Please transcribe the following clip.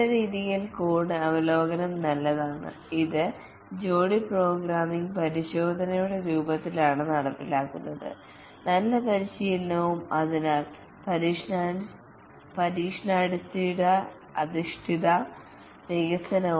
നല്ല രീതികൾ കോഡ് അവലോകനം നല്ലതാണ് ഇത് ജോഡി പ്രോഗ്രാമിംഗ് പരിശോധനയുടെ രൂപത്തിലാണ് നടപ്പിലാക്കുന്നത് നല്ല പരിശീലനവും അതിനാൽ പരീക്ഷണാധിഷ്ഠിത വികസനവും